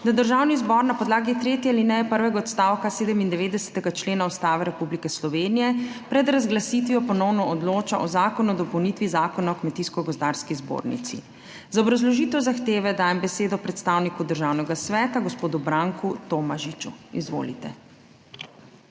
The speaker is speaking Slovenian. da Državni zbor na podlagi tretje alineje prvega odstavka 97. člena Ustave Republike Slovenije pred razglasitvijo ponovno odloča o Zakonu o dopolnitvi Zakona o Kmetijsko gozdarski zbornici. Za obrazložitev zahteve dajem besedo predstavniku Državnega sveta gospodu Branku Tomažiču. Izvolite.